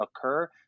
occur